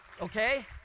okay